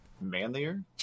manlier